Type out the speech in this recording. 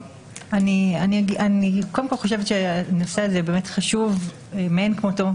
הנושא הזה חשוב מאין כמותו.